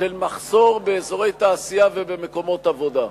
של מחסור באזורי תעשייה ובמקומות עבודה.